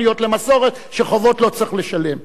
שחובות לא צריך לשלם.